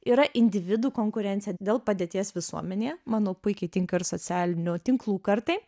yra individų konkurencija dėl padėties visuomenėje manau puikiai tinka ir socialinių tinklų kartai